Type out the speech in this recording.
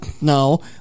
No